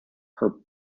her